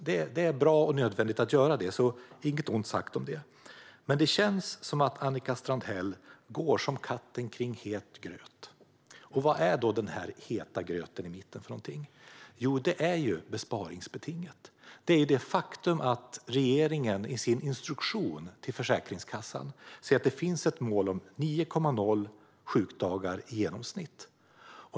Det är bra och nödvändigt att göra de utredningarna, så inget ont sagt om det. Men det känns som om Annika Strandhäll går som katten kring het gröt. Vad är då den heta gröten i mitten? Jo, det är besparingsbetinget. Det är det faktum att regeringen i sin instruktion till Försäkringskassan säger att det finns ett mål om 9,0 sjukdagar i genomsnitt.